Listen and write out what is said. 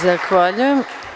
Zahvaljujem.